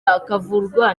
akavurwa